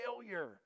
failure